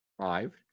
Five